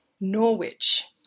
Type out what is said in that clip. Norwich